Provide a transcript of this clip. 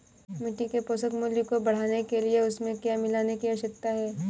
मिट्टी के पोषक मूल्य को बढ़ाने के लिए उसमें क्या मिलाने की आवश्यकता है?